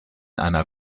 einer